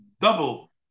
double